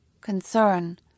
concern